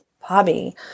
hobby